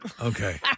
Okay